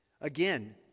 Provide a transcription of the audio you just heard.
Again